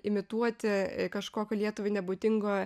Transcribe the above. imituoti kažkokio lietuvai nebūdingo